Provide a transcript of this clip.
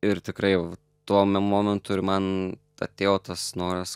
ir tikrai vat tuo momentu ir man atėjo tas noras